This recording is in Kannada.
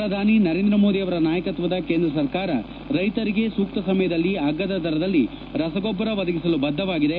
ಪ್ರಧಾನಿ ನರೇಂದ್ರ ಮೋದಿ ಅವರ ನಾಯಕತ್ವದ ಕೇಂದ್ರ ಸರ್ಕಾರ ರೈತರಿಗೆ ಸೂಕ್ತ ಸಮಯದಲ್ಲಿ ಅಗ್ಗದ ದರದಲ್ಲಿ ರಸಗೊಬ್ಬರ ಒದಗಿಸಲು ಬದ್ದವಾಗಿದೆ